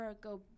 go